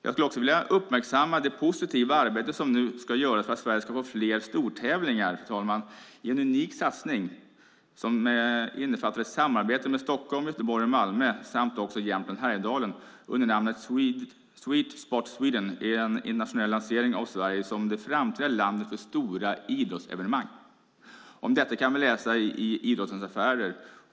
Jag skulle också vilja uppmärksamma det positiva arbete som nu ska göras för att Sverige ska få fler stortävlingar, fru talman. I en unik satsning samarbetar Stockholm, Göteborg, Malmö samt Jämtland och Härjedalen under namnet Sweet Spot Sweden i en internationell lansering av Sverige som det framtida landet för stora idrottsevenemang. Om detta kan vi läsa i Idrottens Affärer.